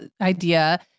idea